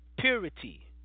purity